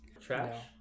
trash